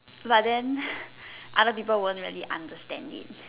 but then other people won't really understand it